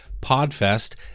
PodFest